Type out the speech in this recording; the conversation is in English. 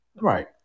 Right